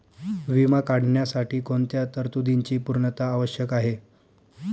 विमा काढण्यासाठी कोणत्या तरतूदींची पूर्णता आवश्यक आहे?